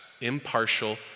impartial